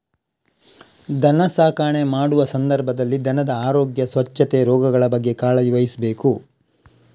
ದನ ಸಾಕಣೆ ಮಾಡುವ ಸಂದರ್ಭದಲ್ಲಿ ದನದ ಆರೋಗ್ಯ, ಸ್ವಚ್ಛತೆ, ರೋಗಗಳ ಬಗ್ಗೆ ಕಾಳಜಿ ವಹಿಸ್ಬೇಕು